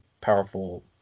powerful